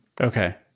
Okay